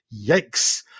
Yikes